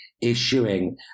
issuing